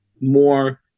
more